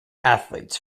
athletes